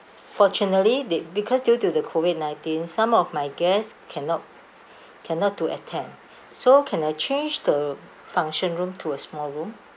fortunately they because due to the COVID nineteen some of my guests cannot cannot to attend so can I change the function room to a small room